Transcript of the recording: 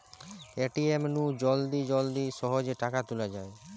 ATM নু জলদি জলদি সহজে টাকা তুলা যায়